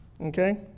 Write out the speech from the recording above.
okay